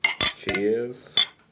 Cheers